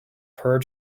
per